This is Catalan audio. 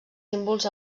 símbols